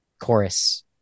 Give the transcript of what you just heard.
Chorus